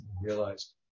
realized